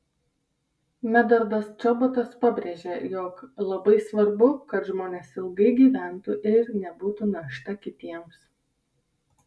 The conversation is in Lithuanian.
medardas čobotas pabrėžė jog labai svarbu kad žmonės ilgai gyventų ir nebūtų našta kitiems